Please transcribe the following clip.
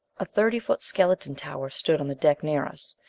a thirty foot skeleton tower stood on the deck near us,